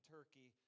Turkey